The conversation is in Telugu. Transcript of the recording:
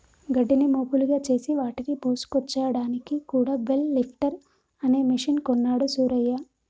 గడ్డిని మోపులుగా చేసి వాటిని మోసుకొచ్చాడానికి కూడా బెల్ లిఫ్టర్ అనే మెషిన్ కొన్నాడు సూరయ్య